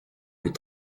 plus